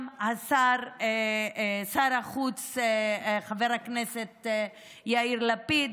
גם שר החוץ חבר הכנסת יאיר לפיד,